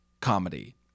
comedy